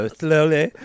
slowly